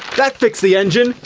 that fixed the engine!